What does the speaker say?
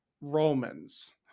Romans